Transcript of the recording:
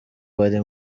bari